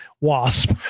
wasp